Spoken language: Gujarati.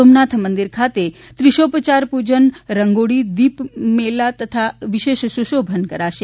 સોમનાથ મંદિર ખાતે ત્રિશોપયાર પૂજન રંગોળી દીપમેલા અને વિશેષ સુશોભન કરાશે